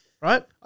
Right